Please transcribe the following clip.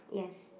yes